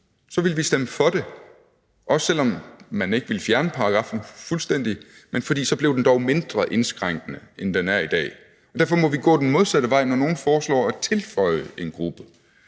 så ville vi stemme for det, også selv om man ikke ville fjerne paragraffen fuldstændig, for så blev den dog mindre indskrænkende, end den er i dag. Derfor må vi gå den modsatte vej, når nogle foreslår at tilføje en gruppe,